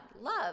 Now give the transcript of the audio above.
love